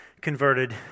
converted